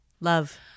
Love